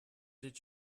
did